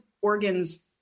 organs